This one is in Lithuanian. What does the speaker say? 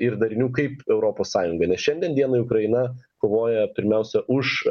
ir darinių kaip europos sąjunga nes šiandien dienai ukraina kovoja pirmiausia už